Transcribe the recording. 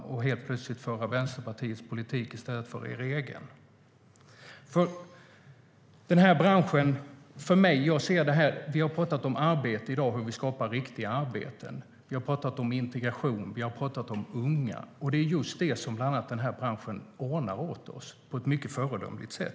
Ska ni då helt plötsligt föra Vänsterpartiets politik i stället för er egen? Vi har pratat om arbete i dag och om hur vi skapar riktiga arbeten. Vi har pratat om integration. Vi har pratat om unga. Det är just det som bland annat den här branschen ordnar åt oss på ett mycket föredömligt sätt.